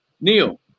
Neil